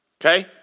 Okay